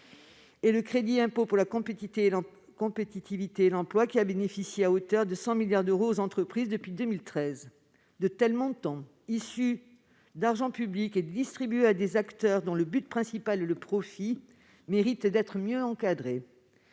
de 6 milliards d'euros en 2019, et le CICE, qui a bénéficié à hauteur de 100 milliards d'euros aux entreprises, depuis 2013. De tels montants, issus de l'argent public et distribués à des acteurs dont le but principal est le profit, méritent d'être mieux encadrés.